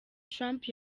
trump